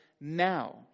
now